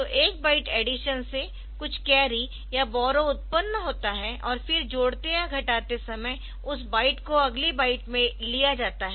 तो एक byte addition से कुछ कैरी या बॉरो उत्पन्न होता है और फिर जोड़ते या घटाते समय उस बाइट को अगली बाइट में लिया जाता है